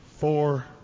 Four